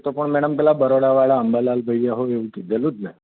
તો પણ મેડમ પેલા બરોડાવાળા અંબાલાલભાઈએ હઉ એવું કીધેલું જ ને